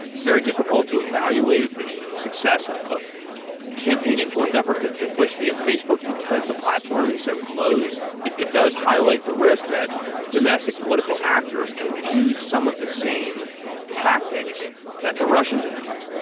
it's very difficult to evaluate the success of of campaign influence efforts that take place via facebook because the platform is so closed. it it does highlight the risk that domestic political actors can use some of the same tactics that the russians have used.